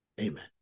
Amen